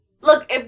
Look